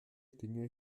dinge